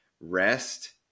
Rest